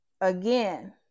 again